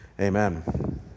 Amen